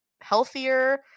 healthier